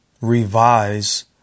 revise